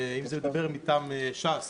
אם זה לדבר מטעם ש"ס,